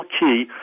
key